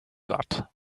got